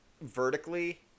vertically